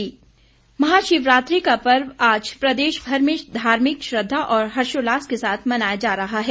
शिवरात्रि महाशिवरात्रि का पर्व आज प्रदेशभर में धार्मिक श्रद्वा और हर्षोल्लास के साथ मनाया जा रहा है